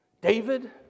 David